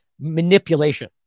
manipulation